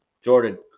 Jordan